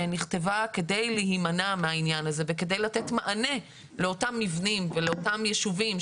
שנכתבה כדי להימנע מהעניין הזה וכדי לתת מענה לאותם מבנים ואותם ישובים,